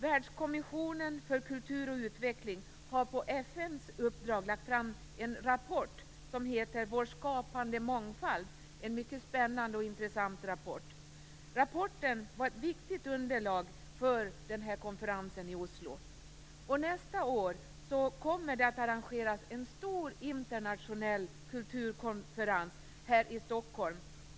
Världskommissionen för kultur och utveckling har på FN:s uppdrag lagt fram en rapport som heter Vår skapande mångfald. Det är en mycket spännande och intressant rapport. Rapporten var ett viktigt underlag för konferensen i Oslo. Nästa år kommer det att arrangeras en stor internationell kulturkonferens här i Stockholm.